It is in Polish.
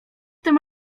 tym